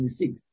26